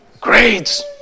Grades